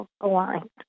aligned